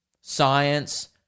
science